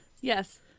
Yes